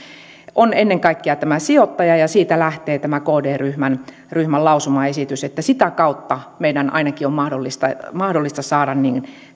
on ennen kaikkea sijoittaja siitä lähtee tämä kd ryhmän ryhmän lausumaesitys että sitä kautta meidän ainakin on mahdollista saada